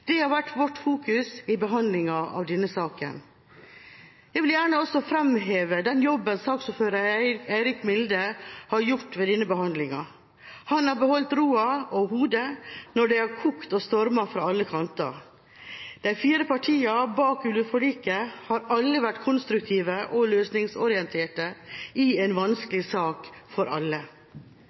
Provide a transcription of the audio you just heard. Det har vært vårt fokus i behandlingen av denne saken. Jeg vil gjerne også framheve den jobben saksordføreren, Eirik Milde, har gjort ved denne behandlingen. Han har beholdt roen når det har kokt og har stormet fra alle kanter. De fire partiene bak rovdyrforliket har alle vært konstruktive og løsningsorienterte i en vanskelig sak for alle.